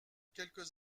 quelques